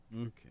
Okay